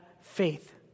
faith